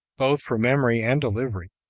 both for memory and delivery,